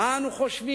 מה אנו חושבים,